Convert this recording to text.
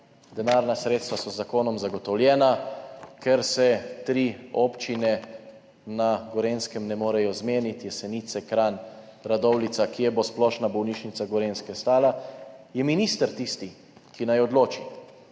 denarna sredstva so z zakonom zagotovljena, ker se tri občine na Gorenjskem ne morejo zmeniti, Jesenice, Kranj, Radovljica, kje bo splošna bolnišnica Gorenjske stala, je minister tisti, ki naj odloči.